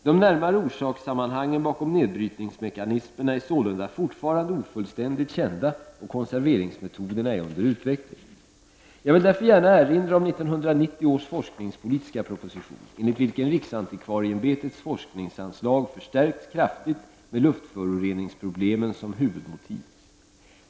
De närmare orsakssammanhangen bakom nedbrytningsmekanismerna är sålunda fortfarande ofullständigt kända och konserveringsmetoderna är under utveckling. Jag vill därför gärna erinra om 1990 års forskningspolitiska proposition enligt vilken riksantikvarieämbetets forskningsanslag förstärkts kraftigt med luftföroreningsproblemen som ett huvudmotiv.